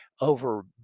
over